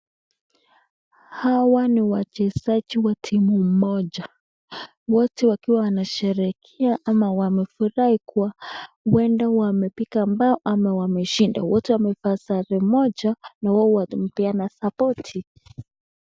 Hawa ni wachezaji wa timu moja. Wote wakiwa wanasherehekea ama wanafurahi kua huenda wamepiga bao au wameshinda. Wote wamevaa sare moja na wao hupeana support